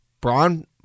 Braun